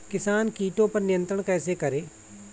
किसान कीटो पर नियंत्रण कैसे करें?